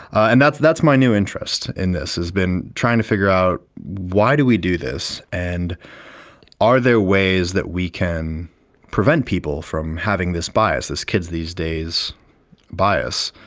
and that's that's my new interest in this, has been trying to figure out why do we do this and are there ways that we can prevent people from having this bias, this kids these days bias.